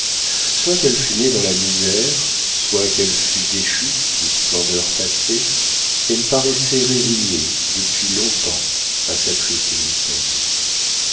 soit qu'elle fût née dans la misère soit qu'elle fût déchue d'une splendeur passée elle paraissait résignée depuis longtemps à sa triste existence